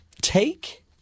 Take